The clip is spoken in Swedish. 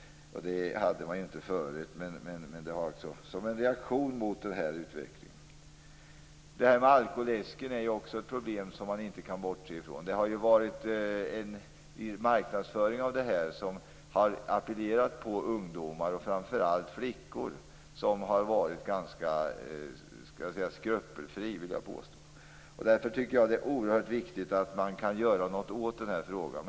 Det hade man inte förut, men det är en reaktion mot den här utvecklingen. Alkoläsken är också ett problem som man inte kan bortse från. Marknadsföringen av den, som har appellerat till ungdomar, framför allt flickor, har varit ganska skrupelfri, vill jag påstå. Därför tycker jag att det är oerhört viktigt att man kan göra något åt den här frågan.